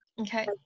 Okay